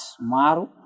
maru